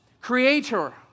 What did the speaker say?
creator